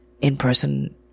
in-person